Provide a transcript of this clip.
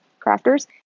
crafters